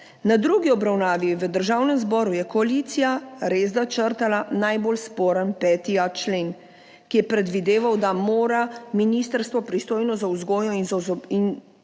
Na drugi obravnavi v Državnem zboru je koalicija res črtala najbolj sporni 5.a člen, ki je predvideval, da mora ministrstvo, pristojno za vzgojo in